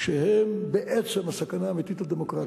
כשהם בעצם הסכנה האמיתית לדמוקרטיה.